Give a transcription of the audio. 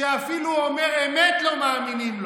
שאפילו אומר אמת, לא מאמינים לו.